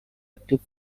active